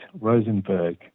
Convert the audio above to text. Rosenberg